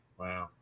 Wow